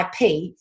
IP